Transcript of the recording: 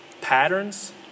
patterns